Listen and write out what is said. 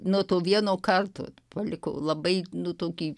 nuo to vieno karto paliko labai nu tokį